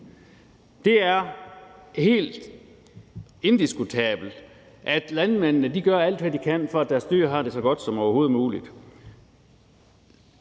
Det er helt indiskutabelt, at landmændene gør alt, hvad de kan, for at deres dyr har det så godt som overhovedet muligt.